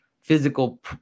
physical